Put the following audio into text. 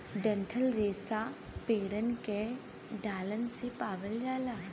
डंठल रेसा पेड़न के डालन से पावल जाला